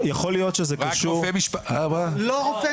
לא יודע.